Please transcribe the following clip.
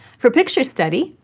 for picture study,